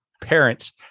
parents